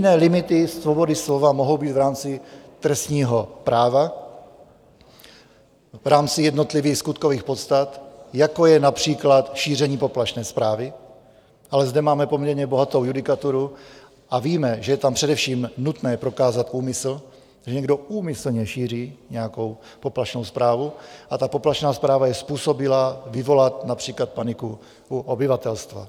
Jediné limity svobody slova mohou být v rámci trestního práva v rámci jednotlivých skutkových podstat, jako je například šíření poplašné zprávy, ale zde máme poměrně bohatou judikaturu a víme, že je tam především nutné prokázat úmysl, že někdo úmyslně šíří nějakou poplašnou zprávu, a ta poplašná zpráva je způsobilá vyvolat například paniku u obyvatelstva.